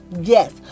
Yes